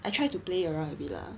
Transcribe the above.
I tried to play around with it lah